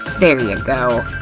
there ya go!